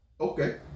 Okay